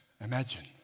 imagine